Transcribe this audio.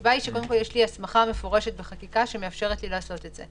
הסיבה היא שיש לי הסמכה מפורשת בחקיקה שמאפשרת לי לעשות את זה.